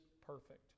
perfect